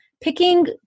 picking